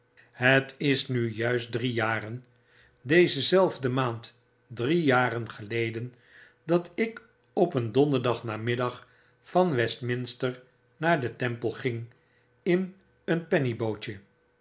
het is nu juist drie jaren deze zelfde maand drie jaar geleden dat ik op een donderdag namiddag van westminster naar den temple ging in een